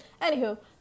Anywho